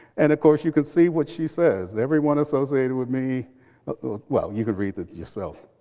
and, of course, you can see what she says, everyone associated with me well, you can read that yourself.